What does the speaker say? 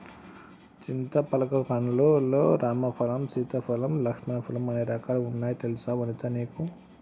చింతపలక పండ్లు లల్లో రామ ఫలం, సీతా ఫలం, లక్ష్మణ ఫలం అనే రకాలు వున్నాయి తెలుసా వనితా నీకు